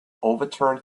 overturned